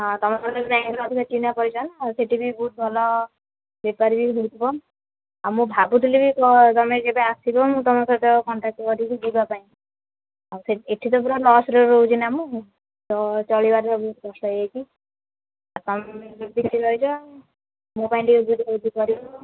ହଁ ତୁମ ପାଖରେ ଯାଇକି ରହିଲେ ଚିହ୍ନା ପରିଚୟ ନା ଆଉ ସେଠି ବି ବହୁତ ଭଲ ବେପାର ବି ହୋଇଯିବ ଆଉ ମୁଁ ଭାବୁଥିଲି ବି ତ ତୁମେ ଯେବେ ଆସିବ ମୁଁ ତୁମ ସହିତ କଣ୍ଟାକ୍ଟ କରିବି ଯିବାପାଇଁ ଆଉ ସେ ଏଠି ତ ପୂରା ଲସ୍ରେ ରହୁଛି ନା ମୁଁ ତ ଚଳିବାର ବି ବହୁତ କଷ୍ଟ ହୋଇଯାଇଛି ଆଉ ତୁମେ ବି ସେଠି ରହିଛ ମୋ ପାଇଁ ଟିକେ ବୁଝାବୁଝି କରି ଦିଅ